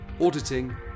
auditing